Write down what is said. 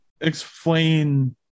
explain